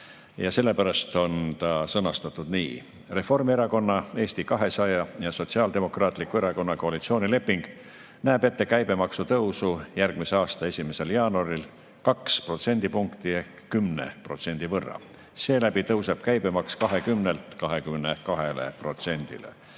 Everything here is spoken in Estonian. ja sellepärast on ta sõnastatud nii. Reformierakonna, Eesti 200 ja Sotsiaaldemokraatliku Erakonna koalitsioonileping näeb ette käibemaksu tõusu järgmise aasta 1. jaanuaril 2 protsendipunkti ehk 10% võrra. Seeläbi tõuseb käibemaks 20%-lt